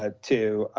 ah to